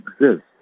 exist